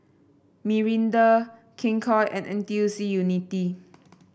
Mirinda King Koil and N T U C Unity